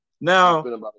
now